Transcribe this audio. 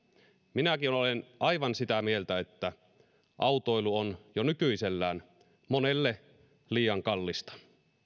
minäkin olen aivan sitä mieltä että autoilu on jo nykyisellään monelle liian kallista